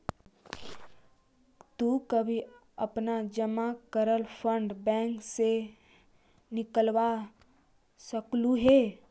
तु कभी अपना जमा करल फंड बैंक से निकलवा सकलू हे